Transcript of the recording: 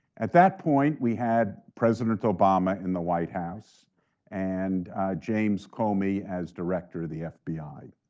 at that point we had president obama in the white house and james comey as director of the fbi.